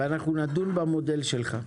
ונדון במודל שלך.